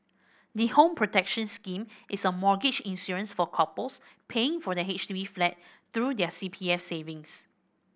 the Home Protection Scheme is a mortgage insurance for couples paying for their H D B flat through their C P F savings